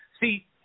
see